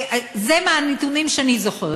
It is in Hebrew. זה מהנתונים שאני זוכרת,